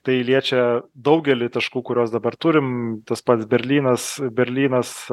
tai liečia daugelį taškų kuriuos dabar turim tas pats berlynas berlynas